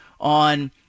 on